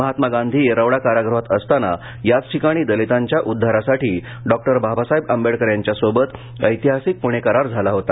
महात्मा गांधी येरवडा कारागृहात असताना याचं ठिकाणी दलितांच्या उद्घारासाठी डॉ बाबासाहेब आंबेडकर यांच्यासोबत ऐतिहासिक पूणे कर झाला होता